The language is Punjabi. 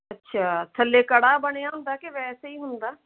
ਅੱਛਾ ਥੱਲੇ ਕੜਾਹ ਬਣਿਆ ਹੁੰਦਾ ਕਿ ਵੈਸੇ ਹੀ ਹੁੰਦਾ